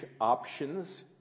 options